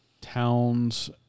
towns